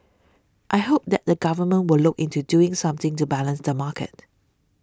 I hope that the Government will look into doing something to balance the market